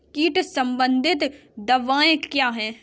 कीट संबंधित दवाएँ क्या हैं?